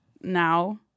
now